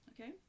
okay